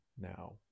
now